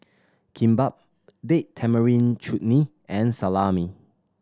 Kimbap Date Tamarind Chutney and Salami